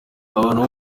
ahantu